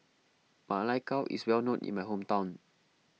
Ma Lai Gao is well known in my hometown